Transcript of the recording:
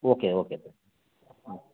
okay okay sir ಹ್ಞೂ